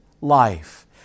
life